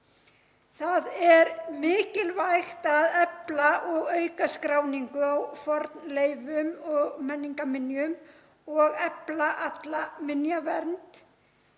Það er mikilvægt að efla og auka skráningu á fornleifum og menningarminjum og efla alla minjavernd,